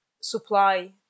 supply